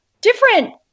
different